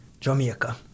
Jamaica